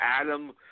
Adam